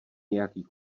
nějaký